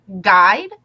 guide